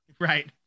Right